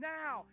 now